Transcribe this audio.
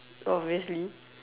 obviously